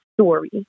story